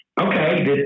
Okay